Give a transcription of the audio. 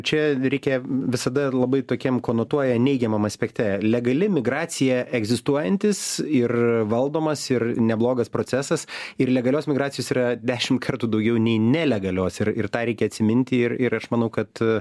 čia reikia visada labai tokiem konotuoja neigiamam aspekte legali migracija egzistuojantis ir valdomas ir neblogas procesas ir legalios migracijos yra dešim kartų daugiau nei nelegalios ir ir tą reikia atsiminti ir ir aš manau kad